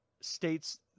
states